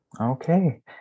Okay